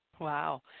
Wow